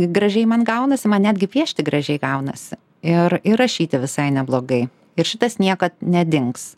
gražiai man gaunasi man netgi piešti gražiai gaunasi ir ir rašyti visai neblogai ir šitas niekad nedings